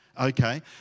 okay